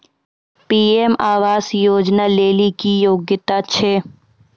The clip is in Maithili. पी.एम आवास योजना लेली की योग्यता छै?